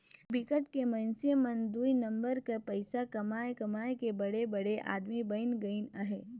बिकट के मइनसे मन दुई नंबर कर पइसा कमाए कमाए के बड़े बड़े आदमी बइन गइन अहें